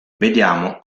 vediamo